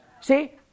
See